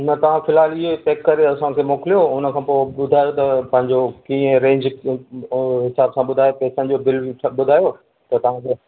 न तव्हां फ़िलहाल इहे पैक करे असांखे मोकिलियो उनखां पोइ ॿुधायो त पंहिंजो कीअं रेंज ऐं हिसाब सां ॿुधायो पैसनि जो बिल सभु ॿुधायो त तव्हांखे